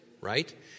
right